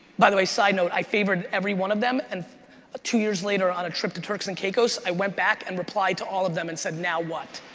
by the way, side note, i favorited every one of them and two years later on a trip to turks and caicos, i went back and replied to all of them and said, now what?